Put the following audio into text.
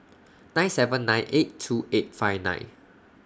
nine seven nine eight two eight five nine